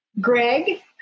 Greg